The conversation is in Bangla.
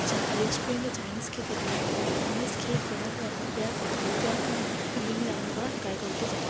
চা রেস্টুরেন্টে চাইনিজ খেতে গিয়ে চাইনিজ খেয়ে ফেরার পর ফেরার পর বাড়িতে একবার আমি বিরিয়ানি রান্না করার ট্রাই করতে যাই